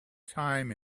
time